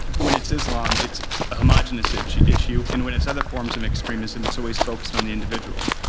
when it's islam it's a homogeneous issue issue and when it's other forms of extremism, it's always focused on the individual?